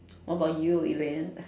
what about you Elaine